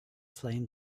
flame